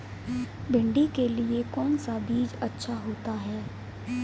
भिंडी के लिए कौन सा बीज अच्छा होता है?